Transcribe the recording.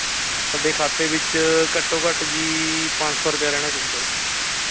ਤੁਹਾਡੇ ਖਾਤੇ ਵਿੱਚ ਘੱਟੋ ਘੱਟ ਜੀ ਪੰਜ ਸੌ ਰੁਪਿਆ ਰਹਿਣਾ ਚਾਹੀਦਾ ਜੀ